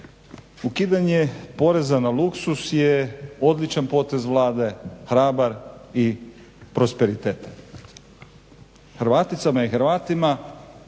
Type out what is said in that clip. Ukidanje poreza na luksuz je odličan potez Vlade, hrabar i prosperitetan. Hrvaticama i Hrvatima